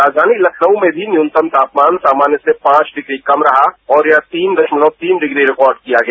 राजधानी लखनऊ में भी न्यूनतम तापमान सामान्य से पांच डिग्री कम रहा और यह तीन दशमलव तीन डिग्री रिकॉर्ड किया गया